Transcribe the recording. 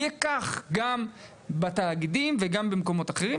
יהיה כך גם בתאגידים וגם במקומות אחרים,